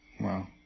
wow